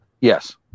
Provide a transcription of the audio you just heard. Yes